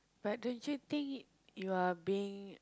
but don't you think you are being